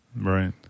Right